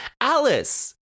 Alice